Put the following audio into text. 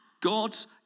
God's